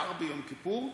בעיקר ביום כיפור.